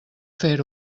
fer